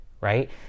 right